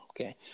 Okay